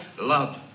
love